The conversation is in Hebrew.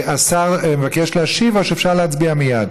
השר מבקש להשיב או שאפשר להצביע מייד?